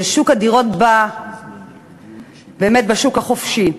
של הדירות בשוק החופשי.